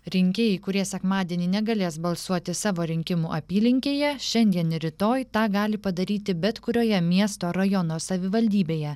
rinkėjai kurie sekmadienį negalės balsuoti savo rinkimų apylinkėje šiandien ir rytoj tą gali padaryti bet kurioje miesto rajono savivaldybėje